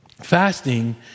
Fasting